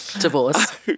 Divorce